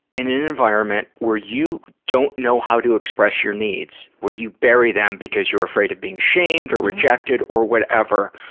in an environment where you don't know how to express your needs, where you bury them because you're afraid of being shamed or rejected or whatever,